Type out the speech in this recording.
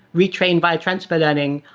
retrain by transfer learning,